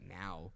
now